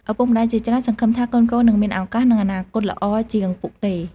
ឪពុកម្តាយជាច្រើនសង្ឃឹមថាកូនៗនឹងមានឱកាស និងអនាគតល្អជាងពួកគេ។